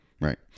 right